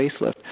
facelift